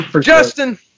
Justin